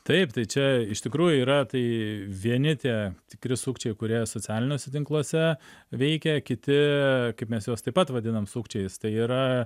taip tai čia iš tikrųjų yra tai vieni tie tikri sukčiai kurie socialiniuose tinkluose veikia kiti kaip mes juos taip pat vadinam sukčiais tai yra